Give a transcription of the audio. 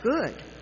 good